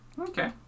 Okay